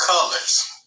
colors